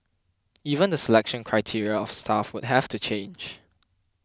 even the selection criteria of staff would have to change